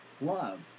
love